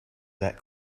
that